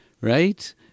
Right